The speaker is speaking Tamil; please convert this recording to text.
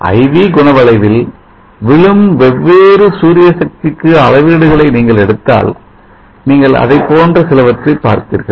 I V குணவளைவில் விழும் வெவ்வேறு சூரிய சக்திக்கு அளவீடுகளை நீங்கள் எடுத்தால் நீங்கள் அதைப் போன்ற சிலவற்றை பார்ப்பீர்கள்